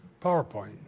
PowerPoint